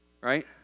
right